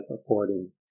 according